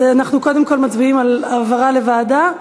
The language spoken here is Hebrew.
אז אנחנו קודם כול מצביעים על העברה לוועדה.